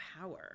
power